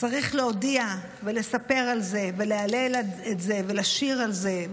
צריך להודיע ולספר על זה ולהלל את זה ולשיר על זה.